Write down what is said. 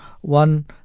one